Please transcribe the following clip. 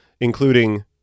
including